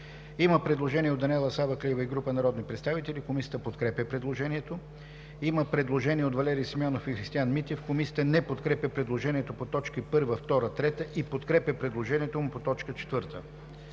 Има предложение от Даниела Савеклиева и група народни представители. Комисията подкрепя предложението. Има предложение от Валери Симеонов и Христиан Митев. Комисията не подкрепя предложението по т. 1, 2 и 3 и подкрепя предложението по т. 4: